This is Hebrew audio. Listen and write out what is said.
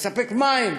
לספק מים,